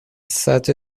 such